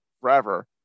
forever